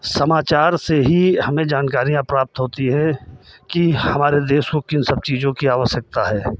समाचार से ही हमें जानकारियाँ प्राप्त होती हैं कि हमारे देश को किन सब चीज़ों की आवश्यकता है